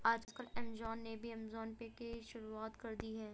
आजकल ऐमज़ान ने भी ऐमज़ान पे की शुरूआत कर दी है